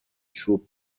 چوب